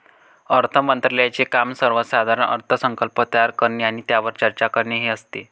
अर्थ मंत्रालयाचे काम सर्वसाधारण अर्थसंकल्प तयार करणे आणि त्यावर चर्चा करणे हे असते